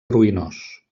ruïnós